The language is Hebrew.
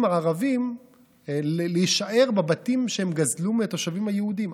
הערבים להישאר בבתים שהם גזלו מהתושבים היהודים.